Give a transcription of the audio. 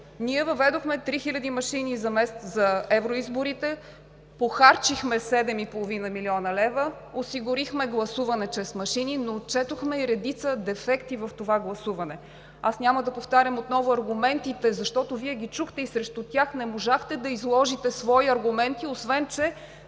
Ние въведохме три хиляди машини за евро изборите, похарчихме 7,5 млн. лв., осигурихме гласуване чрез машини, но отчетохме и редица дефекти в това гласуване. Аз няма да повтарям отново аргументите, защото Вие ги чухте и срещу тях не можахте да изложите свои аргументи, освен че